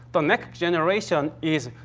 the next generation is,